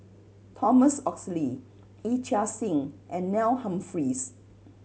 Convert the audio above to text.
Thomas Oxley Yee Chia Hsing and Neil Humphreys